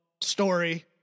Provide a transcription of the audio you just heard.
story